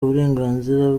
uburenganzira